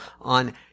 on